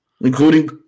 Including